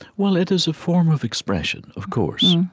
well, it is a form of expression, of course.